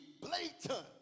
blatant